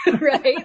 Right